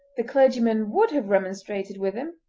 the clergyman would have remonstrated with him,